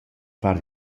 far